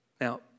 Now